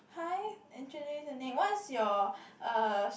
hi introduce your name what is your uh